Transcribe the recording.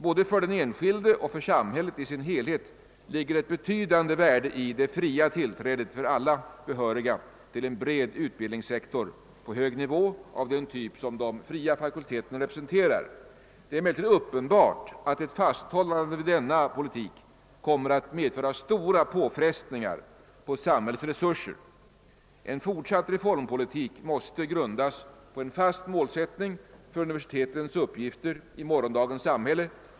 Både för den enskilde och för samhället i dess helhet ligger ett betydande värde i det fria tillträdet för alla behöriga till en bred utbildningssektor på hög nivå av den typ som de fria fakulteterna representerar. Det är emellertid uppenbart att ett fasthållande vid denna politik kommer att medföra stora påfrestningar på samhällets resurser. En fortsatt reformpolitik måste grundas på en fast målsättning för universitetens uppgifter i morgondagens samhälle.